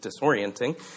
disorienting